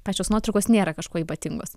pačios nuotraukos nėra kažkuo ypatingos